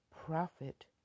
profit